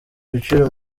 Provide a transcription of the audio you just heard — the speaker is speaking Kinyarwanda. biciro